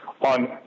on